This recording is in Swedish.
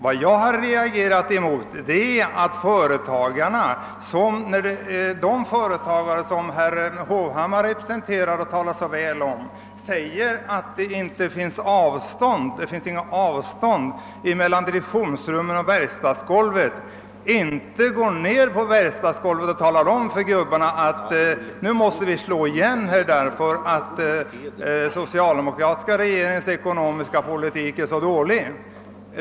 Vad jag har reagerat mot är att de företagare, som herr Hovhammar representerar och talar så väl om när de påstår att det inte finns något avstånd mellan direktionsrum och verkstadsgolv, ändå inte går ned på verkstadsgolvet och talar om för gubbarna att nu måste företaget slå igen, eftersom den socialdemokratiska regeringens ekonomiska politik är så dålig.